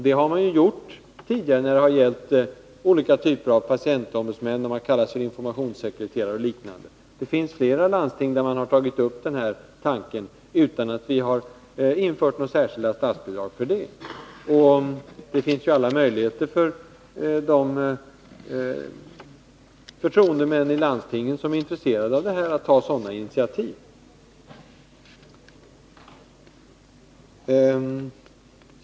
Det har landstingen gjort tidigare när det gällt olika typer av patientombudsmän, informationssekreterare och liknande. Det finns flera landsting som har tagit upp sådana tankar utan att vi har infört några särskilda statsbidrag. Det finns alla möjligheter för de förtroendemän i landstingen som är intresserade av den här frågan att ta sådana initiativ.